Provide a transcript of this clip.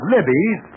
Libby's